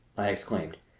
i exclaimed.